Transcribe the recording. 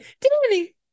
Danny